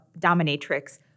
dominatrix